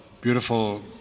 beautiful